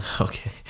Okay